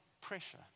pressure